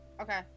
Okay